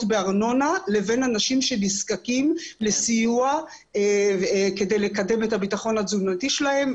בארנונה לבין האנשים שנזקקים לסיוע כדי לקדם את הביטחון התזונתי שלהם.